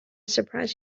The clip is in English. surprised